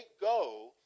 go